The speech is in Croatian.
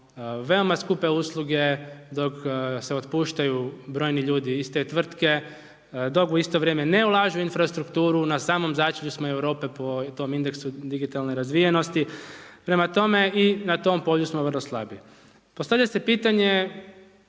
veoma skupe usluge, dok se otpuštaju brojni ljudi iz te tvrtke, dok u isto vrijeme ne ulažu u infrastrukturu, na samom začelju smo Europe po tom indeksu digitalne razvijenosti. Prema tome i na tom polju smo vrlo slabi. Postavlja se pitanje